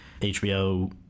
HBO